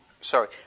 Sorry